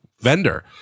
vendor